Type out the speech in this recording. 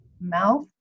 mouth